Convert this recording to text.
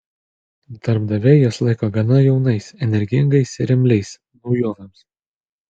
darbdaviai juos laiko gana jaunais energingais ir imliais naujovėms